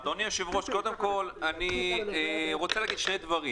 אדוני היושב-ראש, שני דברים.